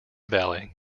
valley